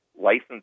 license